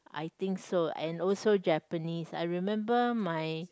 I think so and also Japanese I remember my